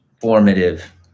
formative